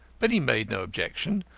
but he made no objection,